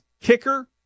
kicker